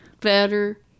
better